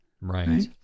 Right